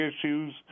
issues